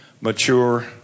mature